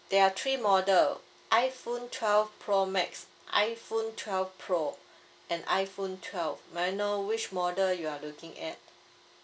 there are three model iPhone twelve pro max iPhone twelve pro and iPhone twelve may I know which model you are looking at